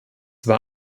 war